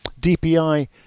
DPI